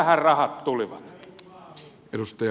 mistähän rahat tulivat